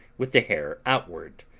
with the hair outward,